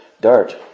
dart